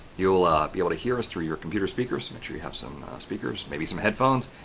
you'll ah be able to hear us, through your computer speakers. make sure you have some speakers, maybe some headphones.